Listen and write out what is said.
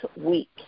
week